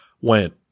Went